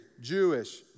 Jewish